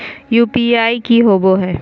UPI की होवे हय?